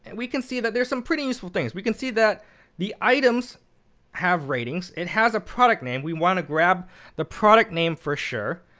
and we can see that there's some pretty useful things. we can see that the items have ratings. it has a product name. we want to grab the product name for sure.